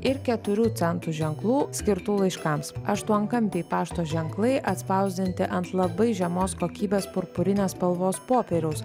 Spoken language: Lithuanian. ir keturių centų ženklų skirtų laiškams aštuonkampiai pašto ženklai atspausdinti ant labai žemos kokybės purpurinės spalvos popieriaus